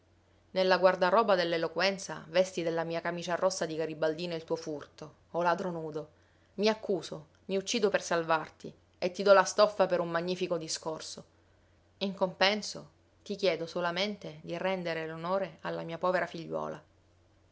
nella guardaroba dell'eloquenza vesti della mia camicia rossa di garibaldino il tuo furto o ladro nudo i accuso mi uccido per salvarti e ti do la stoffa per un magnifico discorso in compenso ti chiedo solamente di rendere l'onore alla mia povera figliuola